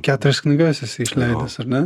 keturias knygas esi išleidęs ar ne